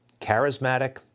charismatic